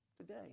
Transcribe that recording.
today